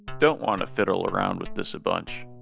don't want to fiddle around with this a bunch,